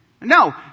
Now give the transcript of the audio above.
no